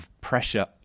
pressure